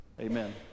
Amen